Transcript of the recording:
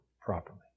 properly